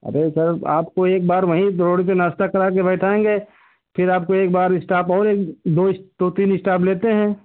अरे सर आपको एक बार वही दौड़ के नाश्ता कराके बैठाएंगे फिर आपको एक बार स्टॉप और एक दो दो तीन स्टॉप लेते हैं